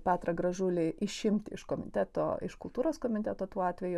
petrą gražulį išimti iš komiteto iš kultūros komiteto tuo atveju